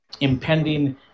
impending